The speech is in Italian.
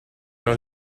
non